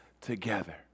together